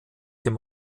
dem